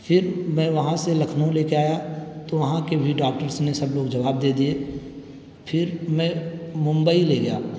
پھر میں وہاں سے لکھنؤ لے کے آیا تو وہاں کے بھی ڈاکٹرس نے سب لوگ جواب دے دیے پھر میں ممبئی لے گیا